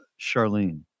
Charlene